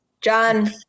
john